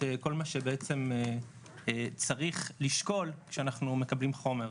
כל מה שבעצם צריך לשקול כשאנחנו מקבלים חומר,